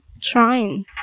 trying